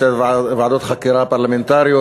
שתי ועדות חקירה פרלמנטריות.